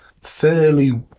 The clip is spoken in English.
fairly